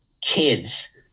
kids